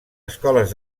escoles